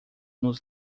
nos